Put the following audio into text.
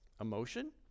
Emotion